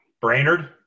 Brainerd